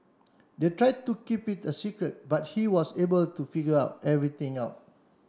they tried to keep it a secret but he was able to figure everything out